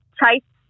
chase